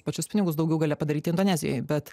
pačius pinigus daugiau gale padaryt indonezijoj bet